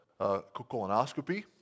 colonoscopy